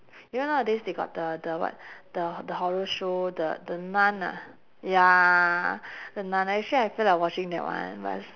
you know nowadays they got the the what the the horror show the the nun ah ya the nun actually I feel like watching that one but is